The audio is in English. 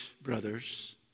brothers